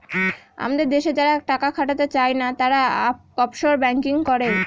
আমাদের দেশে যারা টাকা খাটাতে চাই না, তারা অফশোর ব্যাঙ্কিং করে